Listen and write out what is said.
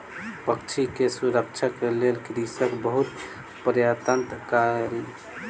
पक्षी सॅ सुरक्षाक लेल कृषक बहुत प्रयत्न कयलक